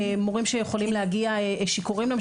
מורים שיכולים להגיע שיכורים למשל,